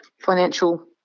financial